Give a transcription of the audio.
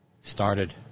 started